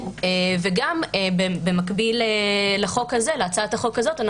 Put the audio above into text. במקביל להצעת החוק הזאת,